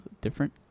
different